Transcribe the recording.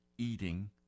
Eating